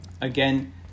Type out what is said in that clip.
again